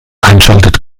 einschaltet